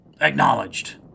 acknowledged